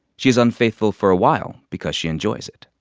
she's unfaithful for a while because she enjoys it.